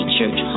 church